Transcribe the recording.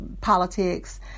politics